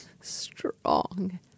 strong